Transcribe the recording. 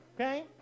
okay